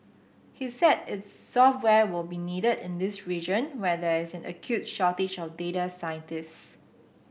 he said its software will be needed in this region where there is has an acute shortage of data scientists